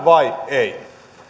vai ei